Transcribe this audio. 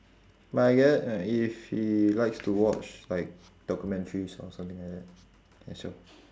my gue~ uh if he likes to watch like documentary or something like that uh show